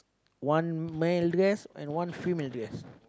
one male dress and one female dress